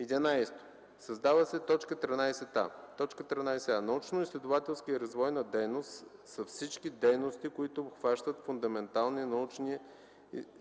11. Създава се т. 13а: „13а. „Научноизследователска и развойна дейност” са всички дейности, които обхващат фундаментални научни